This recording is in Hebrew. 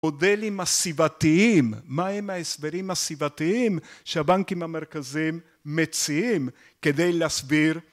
מודלים הסיבתיים, מהם ההסברים הסיבתיים שהבנקים המרכזיים מציעים כדי להסביר